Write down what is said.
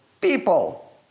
people